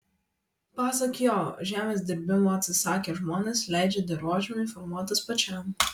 pasak jo žemės dirbimo atsisakę žmonės leidžia dirvožemiui formuotis pačiam